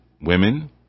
women